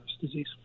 disease